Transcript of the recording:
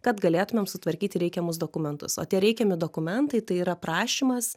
kad galėtumėm sutvarkyti reikiamus dokumentus o tie reikiami dokumentai tai yra prašymas